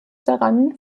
daran